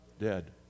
dead